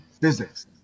physics